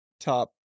top